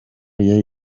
yari